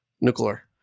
nuclear